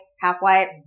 half-white